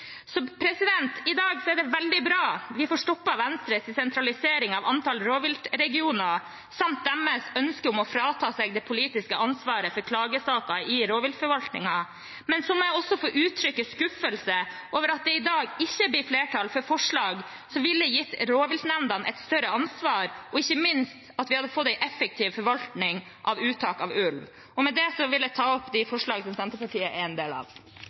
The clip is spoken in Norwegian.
I dag er det veldig bra at vi får stoppet Venstres sentralisering av antall rovviltregioner samt deres ønske om å frasi seg det politiske ansvaret for klagesaker i rovviltforvaltningen. Men så må jeg også få uttrykke skuffelse over at det i dag ikke blir flertall for forslag som ville gitt rovviltnemndene et større ansvar, og ikke minst at vi hadde fått en effektiv forvaltning av uttak av ulv. Med det vil jeg ta opp de forslagene Senterpartiet er en del av.